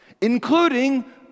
including